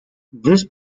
this